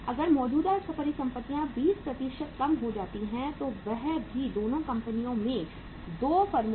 अगर मौजूदा परिसंपत्तियां 20 कम हो जाती हैं और वह भी दोनों कंपनियों में 2 फर्मों में